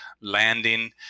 landing